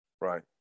Right